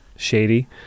Shady